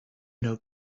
know